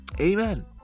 Amen